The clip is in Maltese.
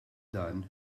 dan